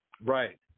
right